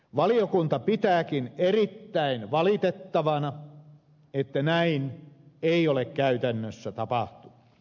valiokunta pitääkin erittäin valitettavana että näin ei ole käytännössä tapahtunut